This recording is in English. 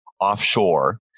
offshore